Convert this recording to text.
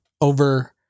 over